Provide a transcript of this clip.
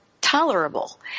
tolerable